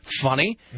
funny